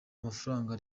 amafaranga